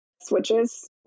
switches